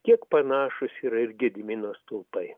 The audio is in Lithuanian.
kiek panašūs yra ir gedimino stulpai